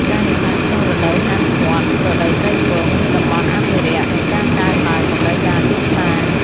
ការនេសាទក្នុងរដូវហាមឃាត់(រដូវត្រីពង) ឬតំបន់អភិរក្ស និងការកើនឡើងតម្រូវការទីផ្សារ។